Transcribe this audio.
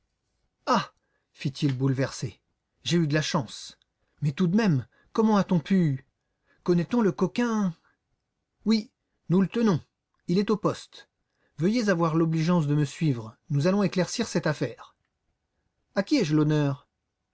fit-il bouleversé j'ai eu de la chance mais tout de même comment a-t-on pu connaît-on le coquin oui nous le tenons il est au poste veuillez avoir l'obligeance de me suivre nous allons éclaircir cette affaire à qui ai-je l'honneur